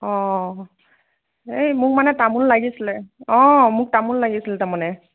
অ এই মোক মানে তামোল লাগিছিলে অ মোক তামোল লাগিছিল তাৰমানে